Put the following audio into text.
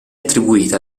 attribuita